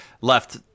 left